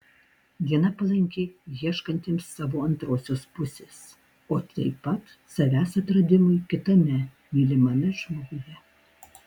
diena palanki ieškantiems savo antrosios pusės o taip pat savęs atradimui kitame mylimame žmoguje